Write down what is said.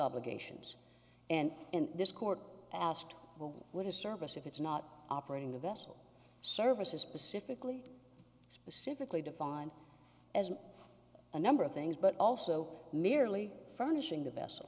obligations and in this court asked who would a service if it's not operating the vessel services specifically specifically defined as a number of things but also merely furnishing the ves